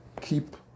Keep